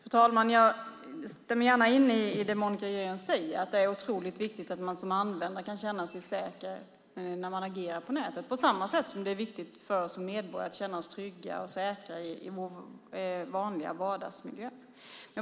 Fru talman! Jag stämmer in i vad Monica Green säger om att det är otroligt viktigt att man som användare kan känna sig säker när man agerar på nätet - på samma sätt som det är viktigt för oss som medborgare att känna oss trygga och säkra i vår vardagsmiljö.